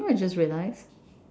you know what I just realised